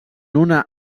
una